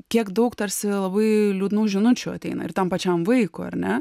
kiek daug tarsi labai liūdnų žinučių ateina ir tam pačiam vaikui ar ne